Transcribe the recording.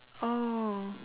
oh